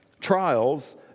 Trials